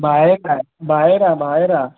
ॿाहिरि आहे ॿाहिरि आहे ॿाहिरि आहे